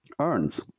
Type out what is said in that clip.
earns